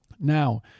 Now